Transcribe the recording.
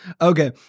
Okay